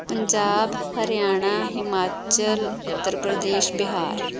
Punjab Haryana Himachal Uttar Pradesh Bihar